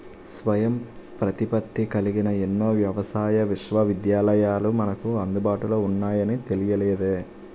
స్వయం ప్రతిపత్తి కలిగిన ఎన్నో వ్యవసాయ విశ్వవిద్యాలయాలు మనకు అందుబాటులో ఉన్నాయని తెలియలేదే